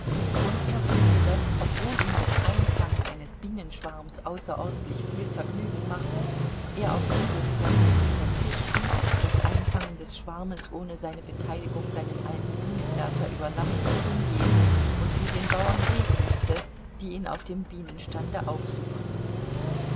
und er wußte daß obwohl ihm das einfangen eines bienenschwarms außerordentlich viel vergnügen machte er auf dieses vergnügen verzichten das einfangen des schwarmes ohne seine beteiligung seinem alten bienenwärter überlassen und hingehen und mit den bauern reden mußte die ihn auf dem bienenstande aufsuchten